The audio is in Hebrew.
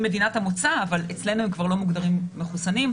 מדינת המוצא אבל אצלנו הן כבר לא מוגדרות מחסונות.